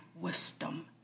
wisdom